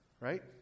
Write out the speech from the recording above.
right